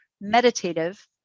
meditative